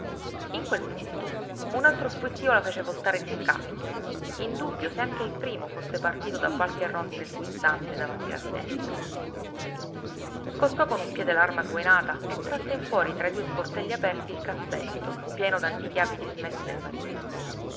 in quel punto un altro squittío la fece voltare di scatto in dubbio se anche il primo fosse partito da qualche rondine sguizzante davanti la finestra scostò con un piede l'arma sguainata e trasse in fuori tra i due sportelli aperti il cassetto pieno d'antichi abiti smessi del marito